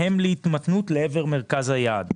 הן להתמתנות לעבר מרכז היעד.